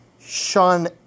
Sean